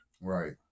Right